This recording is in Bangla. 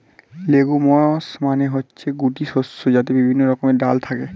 লেগুমস মানে হচ্ছে গুটি শস্য যাতে বিভিন্ন রকমের ডাল থাকে